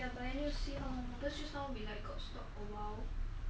but then you see how long cause just now we got like stop a while